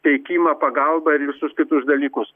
teikimą pagalbą ir visus kitus dalykus